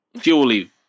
purely